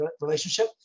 relationship